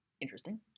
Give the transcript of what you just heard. Interesting